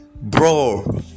Bro